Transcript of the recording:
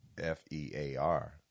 F-E-A-R